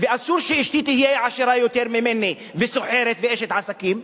ואסור שאשתי תהיה עשירה יותר ממני וסוחרת ואשת עסקים.